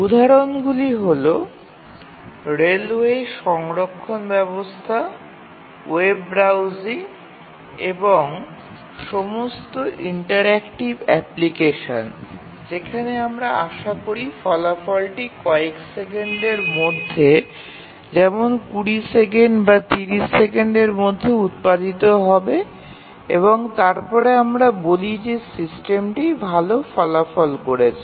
উদাহরণগুলি হল রেলওয়ে সংরক্ষণ ব্যবস্থা ওয়েব ব্রাউজিং এবং সমস্ত ইন্টারেক্টিভ অ্যাপ্লিকেশন যেখানে আমরা আশা করি ফলাফলটি কয়েক সেকেন্ডের মধ্যে যেমন ২০ সেকেন্ড বা ৩০ সেকেন্ডের মধ্যে উৎপাদিত হবে এবং তারপরে আমরা বলি যে সিস্টেমটি ভাল ফলাফল করছে